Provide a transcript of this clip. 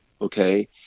Okay